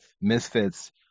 Misfits